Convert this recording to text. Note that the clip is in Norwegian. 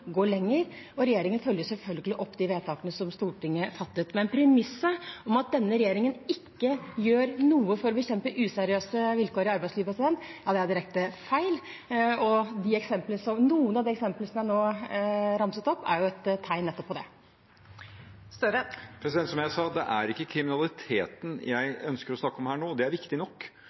lenger, og regjeringen følger selvfølgelig opp de vedtakene som Stortinget fattet. Premisset om at denne regjeringen ikke gjør noe for å bekjempe useriøse vilkår i arbeidslivet, er direkte feil. Noen av de eksemplene som jeg nå ramset opp, er tegn på nettopp det. Som jeg sa, det er ikke kriminaliteten jeg ønsker å snakke om her nå – det er viktig nok,